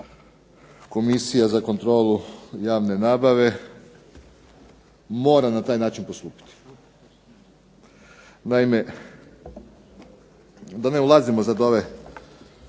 Komisija za kontrolu javne nabave mora na taj način postupiti. Naime, da ne ulazimo sad u ove